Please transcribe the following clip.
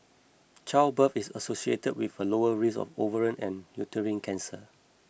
childbirth is associated with a lower risk of ovarian and uterine cancer